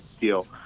deal